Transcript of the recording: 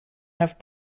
have